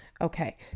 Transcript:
Okay